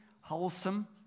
wholesome